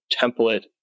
template